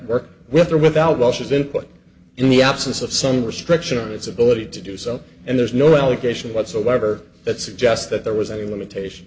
work with or without russia's input in the absence of some restriction on its ability to do so and there's no allegation whatsoever that suggests that there was any limitation